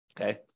okay